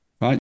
right